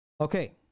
Okay